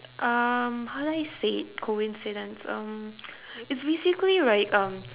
um how do I say it coincidence um it's basically right um